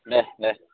दे दे